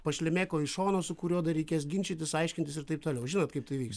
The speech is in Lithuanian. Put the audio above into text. pašlemėko iš šono su kuriuo dar reikės ginčytis aiškintis ir taip toliau žinot kaip tai vyksta